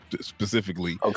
specifically